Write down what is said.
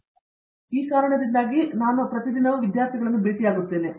ಆದ್ದರಿಂದ ನಿಮಗೆ ತಿಳಿದಿರುವ ಕಾರಣದಿಂದಾಗಿ ನಾನು ಪ್ರತಿದಿನವೂ ವಿದ್ಯಾರ್ಥಿಗಳನ್ನು ಭೇಟಿಯಾಗುತ್ತೇನೆ